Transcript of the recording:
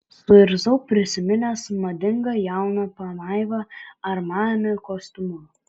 suirzau prisiminęs madingą jauną pamaivą armani kostiumu